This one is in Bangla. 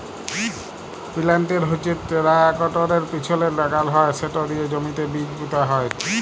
পিলান্টের হচ্যে টেরাকটরের পিছলে লাগাল হয় সেট দিয়ে জমিতে বীজ পুঁতা হয়